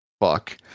fuck